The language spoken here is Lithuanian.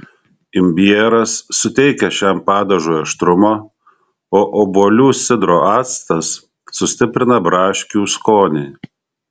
imbieras suteikia šiam padažui aštrumo o obuolių sidro actas sustiprina braškių skonį